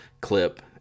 clip